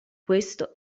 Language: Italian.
questo